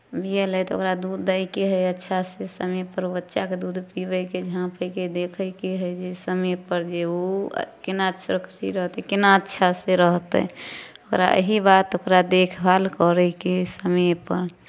बिएलै तऽ ओकरा दूध दैके हइ अच्छासँ समयपर बच्चाकेँ दूध पिअबैके हइ झाँपयके देखयके हइ जे समयपर जे ओ केना सुरक्षित रहतै केना अच्छासँ रहतै ओकरा एही बात ओकरा देखभाल करयके हइ समयपर